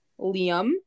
Liam